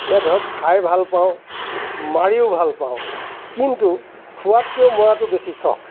এতিয়া ধৰক খাই ভালপাওঁ মাৰিও ভাল পাওঁ কিন্তু খোৱাতকৈও মৰাতো বেছি চখ